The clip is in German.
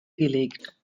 gelegt